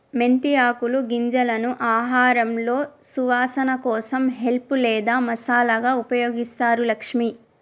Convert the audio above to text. మెంతి ఆకులు గింజలను ఆహారంలో సువాసన కోసం హెల్ప్ లేదా మసాలాగా ఉపయోగిస్తారు లక్ష్మి